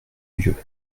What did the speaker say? vieux